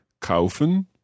kaufen